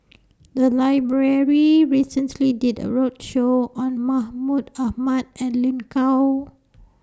The Library recently did A roadshow on Mahmud Ahmad and Lin Gao